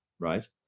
Right